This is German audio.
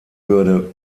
würde